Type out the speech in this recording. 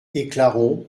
éclaron